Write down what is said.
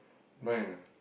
nine ah